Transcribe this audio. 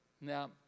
Now